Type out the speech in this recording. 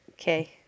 Okay